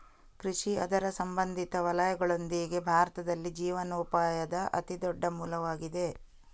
ಕೃಷಿ ಅದರ ಸಂಬಂಧಿತ ವಲಯಗಳೊಂದಿಗೆ, ಭಾರತದಲ್ಲಿ ಜೀವನೋಪಾಯದ ಅತಿ ದೊಡ್ಡ ಮೂಲವಾಗಿದೆ